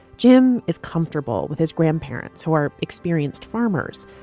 jim is comfortable with his grandparents, who are experienced farmers.